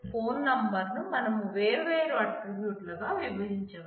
phone number ను మనం వేర్వేరు ఆట్రిబ్యూట్లుగా విభచించవచ్చు